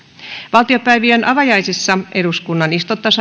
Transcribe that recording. valtiopäivien avajaisissa eduskunnan